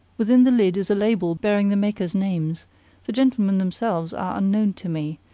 within the lid is a label bearing the makers' names the gentlemen themselves are unknown to me,